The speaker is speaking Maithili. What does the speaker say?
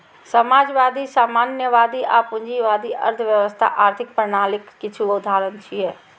समाजवादी, साम्यवादी आ पूंजीवादी अर्थव्यवस्था आर्थिक प्रणालीक किछु उदाहरण छियै